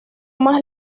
más